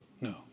no